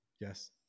Yes